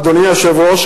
אדוני היושב-ראש,